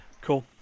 cool